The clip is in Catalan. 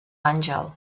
àngel